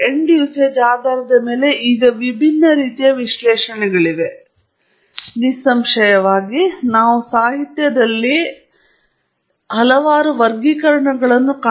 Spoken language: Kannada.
ನಿಮ್ಮ ವಿಶ್ಲೇಷಣೆಯ ಅವಶ್ಯಕತೆ ಮತ್ತು ಕೊನೆಯ ಬಳಕೆಯ ಆಧಾರದ ಮೇಲೆ ಈಗ ವಿಭಿನ್ನ ರೀತಿಯ ವಿಶ್ಲೇಷಣೆಗಳಿವೆ ನಿಸ್ಸಂಶಯವಾಗಿ ಮತ್ತು ಸಾಹಿತ್ಯದಲ್ಲಿ ನೀವು ಕಾಣಬಹುದಾದ ಹಲವಾರು ವರ್ಗೀಕರಣಗಳಿವೆ